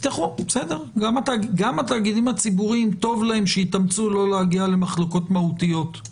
גם התאגידים הציבוריים טוב להם שיתאמצו לא להגיע למחלוקות מהותיות.